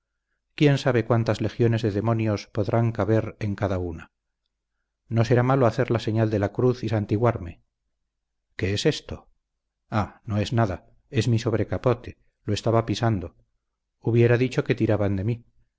quién sabe cuántas legiones de demonios podrán caber en cada una no será malo hacer la señal de la cruz y santiguarme qué es esto ah no es nada es mi sobrecapote lo estaba pisando hubiera dicho que tiraban de mí